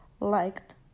Liked